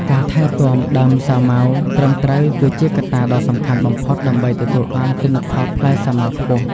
ការថែទាំដើមសាវម៉ាវត្រឹមត្រូវគឺជាកត្តាដ៏សំខាន់បំផុតដើម្បីទទួលបានទិន្នផលផ្លែសាវម៉ាវខ្ពស់។